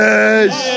Yes